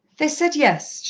they said yes,